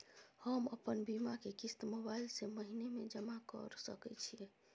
हम अपन बीमा के किस्त मोबाईल से महीने में जमा कर सके छिए?